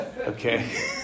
Okay